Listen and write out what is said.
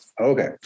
Okay